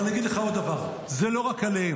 אבל אני אגיד לך עוד דבר, זה לא רק עליהם.